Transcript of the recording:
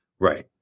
Right